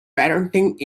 parenting